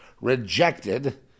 rejected